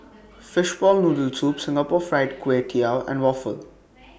Fishball Noodle Soup Singapore Fried Kway Tiao and Waffle